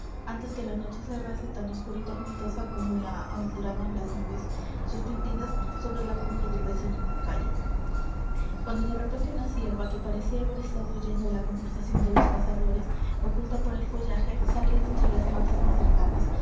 antes que la noche cerrase tan oscura y tormentosa como lo auguraban las nubes suspendidas sobre la cumbre del vecino moncayo cuando de repente una cierva que parecía haber estado oyendo la conversación de los cazadores oculta por el follaje salió de entre las matas más cercanas